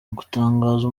gutangaza